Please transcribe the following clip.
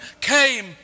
came